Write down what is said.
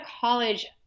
college –